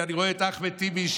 ואני רואה את אחמד טיבי,